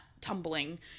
tumbling